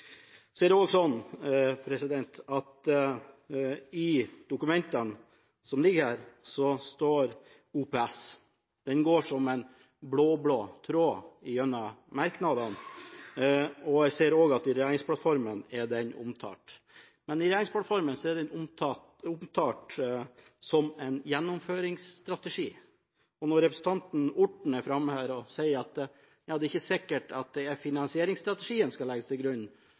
I dokumentene som ligger her, står OPS. Den går som en blå-blå tråd gjennom merknadene. Jeg ser også at den er omtalt i regjeringsplattformen. Men i regjeringsplattformen er den omtalt som en gjennomføringsstrategi. Når representanten Orten er framme her og sier at det er ikke sikkert at det er finansieringsstrategien som skal legges til grunn,